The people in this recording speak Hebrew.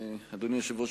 אדוני היושב-ראש,